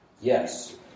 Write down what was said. Yes